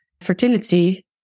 fertility